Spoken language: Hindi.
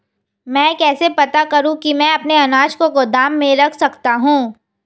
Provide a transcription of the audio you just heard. मैं कैसे पता करूँ कि मैं अपने अनाज को गोदाम में रख सकता हूँ?